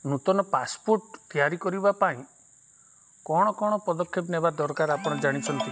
ନୂତନ ପାସ୍ପୋର୍ଟ ତିଆରି କରିବା ପାଇଁ କ'ଣ କ'ଣ ପଦକ୍ଷେପ ନେବା ଦରକାର ଆପଣ ଜାଣିଛନ୍ତି